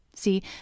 See